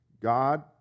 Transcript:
God